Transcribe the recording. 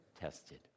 tested